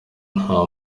nta